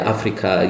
Africa